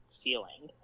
ceiling